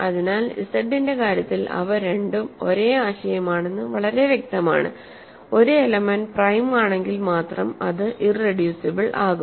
അതിനാൽ ഇസഡിന്റെ കാര്യത്തിൽ അവ രണ്ടും ഒരേ ആശയമാണെന്ന് വളരെ വ്യക്തമാണ് ഒരു എലമെൻ്റ് പ്രൈം ആണെങ്കിൽ മാത്രം അത് ഇറെഡ്യൂസിബിൾ ആകും